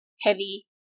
heavy